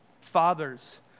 Fathers